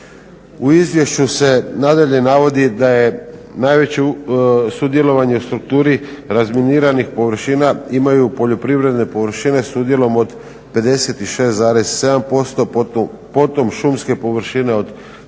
U izvješću se nadalje navodi da je najveći sudjelovanje u strukturi razminiranih površina imaju poljoprivredne površine s udjelom od 56,7%, potom šumske površine od 38,3%,